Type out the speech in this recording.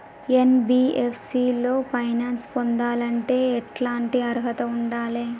NBFC లో finance పొందాలంటే ఎట్లాంటి అర్హత ఉండాలే?